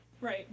Right